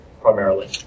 primarily